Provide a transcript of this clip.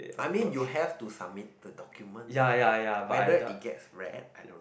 I mean you have to submit the documents lah whether it get raid I don't know